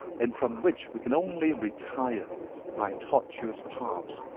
and from which we can only retire by tortuous paths,